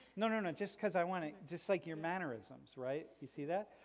no, no, no, just because i want to, just like your mannerisms, right? you see that?